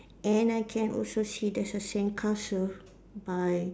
and I can also see there's a sandcastle by